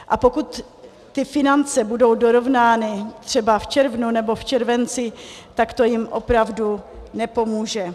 A pokud ty finance budou dorovnány třeba v červnu nebo v červenci, tak to jim opravdu nepomůže.